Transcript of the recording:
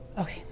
Okay